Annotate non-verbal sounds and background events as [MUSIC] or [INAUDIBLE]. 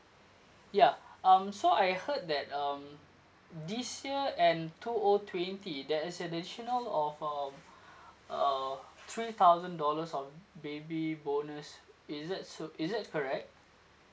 ya um so I heard that um this year and two O twenty there is additional of um [BREATH] uh three thousand dollars of baby bonus is that so is that correct